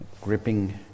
Gripping